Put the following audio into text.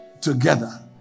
together